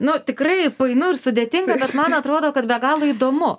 nu tikrai painu ir sudėtinga bet man atrodo kad be galo įdomu